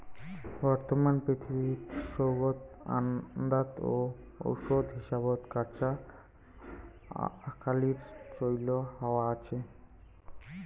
বর্তমান পৃথিবীত সৌগ আন্দাত ও ওষুধ হিসাবত কাঁচা আকালির চইল হয়া আছে